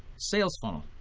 sales funnel.